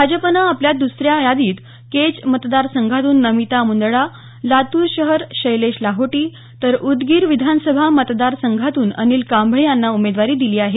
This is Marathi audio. भाजपनं आपल्या दुसऱ्या यादीत केज मतदारसंघातून नमिता मुंदडा लातूर शहर शैलेश लाहोटी तर उदगीर विधानसभा मतदारसंघातून अनिल कांबळे यांना उमेदवारी दिली आहे